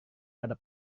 pada